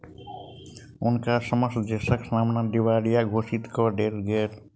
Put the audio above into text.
हुनका समस्त देसक सामने दिवालिया घोषित कय देल गेल